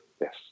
yes